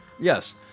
Yes